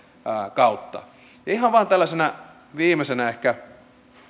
kautta ihan vain tällaisena viimeisenä ehkä